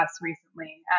recently